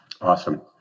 Awesome